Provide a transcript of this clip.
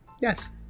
Yes